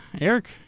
Eric